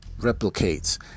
replicates